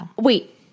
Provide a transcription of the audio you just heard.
Wait